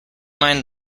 mind